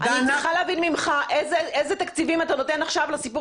אני צריכה להבין ממך איזה תקציבים אתה נותן עכשיו לסיפור